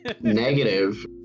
Negative